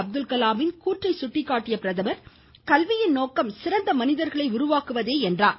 அப்துல் கலாமின் கூற்றை சுட்டிக்காட்டிய பிரதமர் கல்வியின் நோக்கம் சிறந்த மனிதர்களை உருவாக்குவதே என்றார்